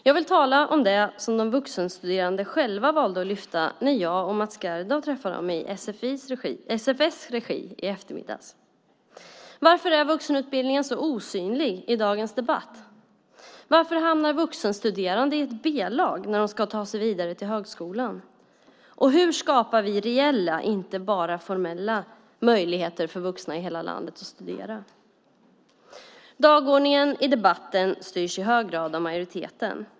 Jag vill tala om det som de vuxenstuderande själva valde att lyfta fram när jag och Mats Gerdau träffade dem i SFS regi i eftermiddags. Varför är vuxenutbildningen så osynlig i dagens debatt? Varför hamnar vuxenstuderande i ett B-lag när de ska ta sig vidare till högskolan? Hur skapar vi reella, inte bara formella, möjligheter för vuxna i hela landet att studera? Dagordningen i debatten styrs i hög grad av majoriteten.